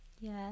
yes